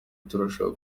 turashaka